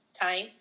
time